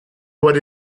what